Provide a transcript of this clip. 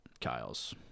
Kyle's